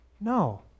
No